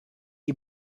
die